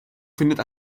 findet